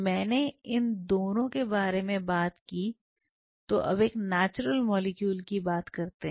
मैंने इन दोनों के बारे में बात की तो अब एक नेचुरल मॉलिक्यूल की बात करते हैं